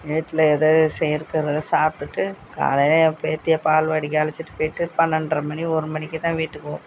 வீட்டில் ஏதோ செய் இருக்கிறத சாப்பிட்டுட்டு காலையில் என் பேத்தியை பால்வாடிக்கு அழைச்சிட்டு போய்விட்டு பன்னெண்ட்ரை மணி ஒரு மணிக்குதான் வீட்டுக்கு போவோம்